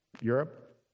Europe